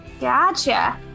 Gotcha